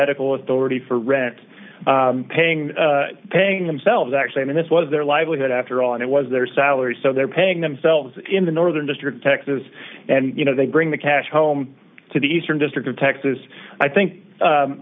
medical authority for rent paying paying themselves actually i mean this was their livelihood after all and it was their salary so they're paying themselves in the northern district texas and you know they bring the cash home to the eastern district of texas i think